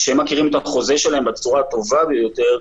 שמכירים את החוזה שלהם בצורה הטובה ביותר,